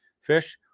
fish